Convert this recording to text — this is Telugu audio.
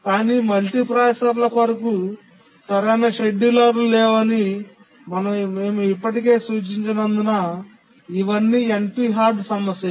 కానీ మల్టీప్రాసెసర్ల కొరకు సరైన షెడ్యూలర్లు లేవని మేము ఇప్పటికే సూచించినందున ఇవన్నీ NP హార్డ్ సమస్యలు